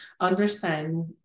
understand